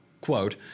quote